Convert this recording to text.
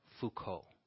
Foucault